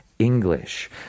English